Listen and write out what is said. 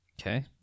Okay